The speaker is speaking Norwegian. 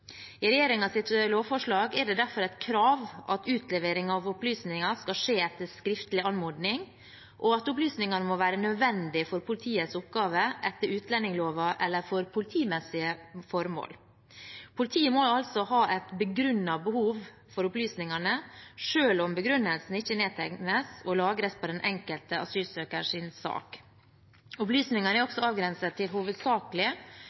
lovforslag er det derfor et krav at utlevering av opplysninger skal skje etter skriftlig anmodning, og at opplysningene må være nødvendige for politiets oppgave etter utlendingsloven eller for politimessige formål. Politiet må altså ha et begrunnet behov for opplysningene, selv om begrunnelsen ikke nedtegnes og lagres på den enkelte asylsøkers sak. Opplysningene er